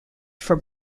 for